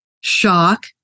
Shock